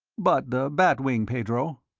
but the bat wing, pedro?